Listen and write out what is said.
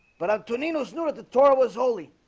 but i'm tony knows nora the torah was holy